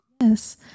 Yes